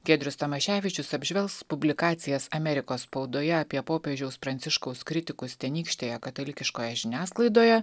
giedrius tamaševičius apžvelgs publikacijas amerikos spaudoje apie popiežiaus pranciškaus kritikus tenykštėje katalikiškoje žiniasklaidoje